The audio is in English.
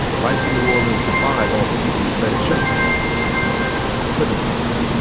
life in new orleans defies all the people who said it shouldn't come back or couldn't come back